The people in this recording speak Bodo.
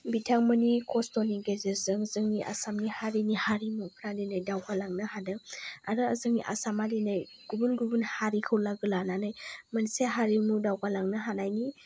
बिथांमोननि खस्थ'नि गेजेरजों जोंनि आसामनि हारिनि हारिमुफ्रा दिनै दावगालांनो हादों आरो जोंनि आसामआ दिनै गुबुन गुबुन हारिखौ लोगो लानानै मोनसे हारिमु दावगालांनो हानायनि